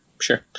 sure